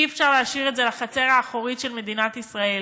אי-אפשר להשאיר את זה לחצר האחורית של מדינת ישראל.